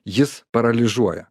jis paralyžiuoja